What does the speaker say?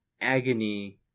agony